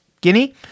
Guinea